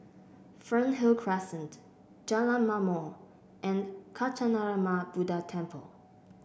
Fernhill Crescent Jalan Ma'mor and Kancanarama Buddha Temple